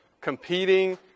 competing